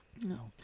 no